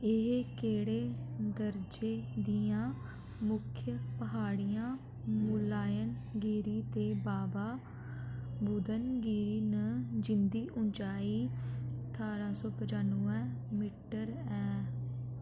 एह् केह्ड़े दरजे दियां मुक्ख प्हाड़ियां मुल्लायनगिरी ते बाबा बुदनगिरी न जिं'दी उंचाई इक ठारां सौ पाचनुऐ मीटर ऐ